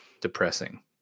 depressing